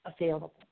available